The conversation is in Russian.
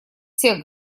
всех